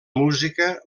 música